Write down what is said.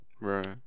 Right